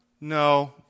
no